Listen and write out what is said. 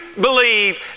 believe